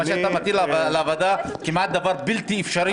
אתה מטיל עליה דבר כמעט בלתי אפשרי.